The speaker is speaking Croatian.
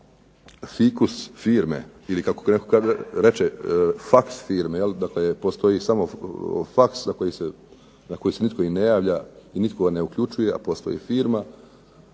fikus firme ili kako netko reče faks firme, dakle postoji samo faks na koji se nitko i ne javlja i nitko ga ne uključuje, a postoji firma,